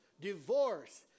divorce